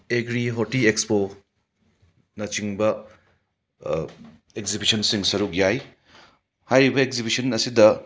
agri horti expo ꯅꯆꯤꯡꯕ ꯑꯦꯛꯖꯤꯕꯤꯁꯟꯁꯤꯡ ꯁꯥꯔꯨꯛ ꯌꯥꯏ ꯍꯥꯏꯔꯤꯕ ꯑꯦꯛꯖꯤꯕꯤꯁꯟ ꯑꯁꯤꯗ